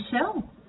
shell